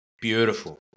Beautiful